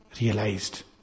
realized